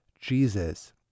Jesus